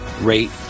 rate